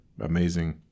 amazing